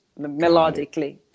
melodically